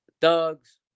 thugs